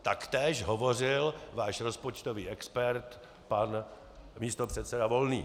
Tak též hovořil váš rozpočtový expert, pan místopředseda Volný.